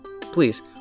please